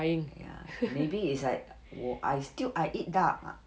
ya maybe it's like 我 I still I eat duck ah